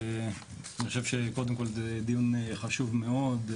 אני חושב שקודם כל זה דיון חשוב מאוד.